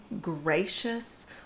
gracious